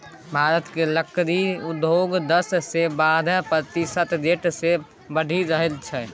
भारतक लकड़ी उद्योग दस सँ बारह प्रतिशत रेट सँ बढ़ि रहल छै